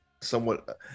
somewhat